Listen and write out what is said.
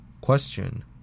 Question